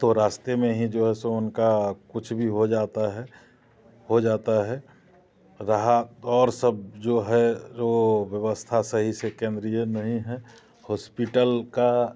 तो रास्ते में ही जो है सो उनका कुछ भी हो जाता है हो जाता है रहा और सब जो है वो व्यवस्था सही से केंद्रित नहीं है हॉस्पिटल का